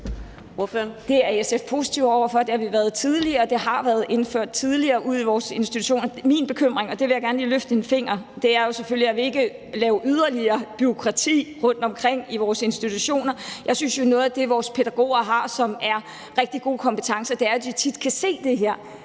Det er SF positive over for. Det har vi været tidligere, og det har været indført tidligere ude i vores institutioner. Min bekymring – og her vil jeg gerne lige løfte en finger – er selvfølgelig, at vi ikke laver yderligere bureaukrati rundtomkring i vores institutioner. Jeg synes jo, at noget af det, vores pædagoger har, og som er rigtig gode kompetencer, er evnen til tit at kunne se det her.